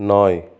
নয়